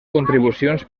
contribucions